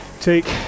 take